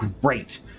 great